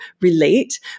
relate